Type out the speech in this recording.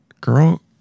Girl